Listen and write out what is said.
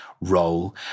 role